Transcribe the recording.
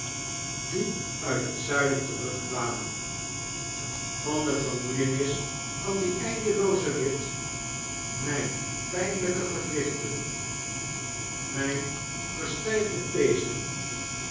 die uit het zuiden terugkwamen van de vermoeienis van dien eindeloozen rit mpe pijnlyke gewrichten tnpe verstyfde pezen